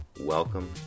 Welcome